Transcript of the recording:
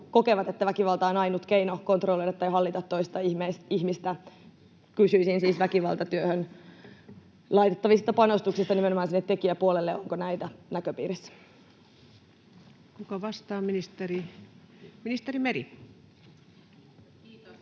että väkivalta on ainut keino kontrolloida tai hallita toista ihmistä. Kysyisin siis väkivaltatyöhön laitettavista panostuksista nimenomaan sinne tekijäpuolelle. Onko näitä näköpiirissä? Kuka vastaa? — Ministeri Meri. Kiitos!